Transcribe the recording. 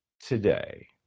today